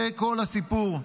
זה כל הסיפור.